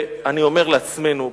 אני אומר לעצמנו,